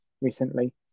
recently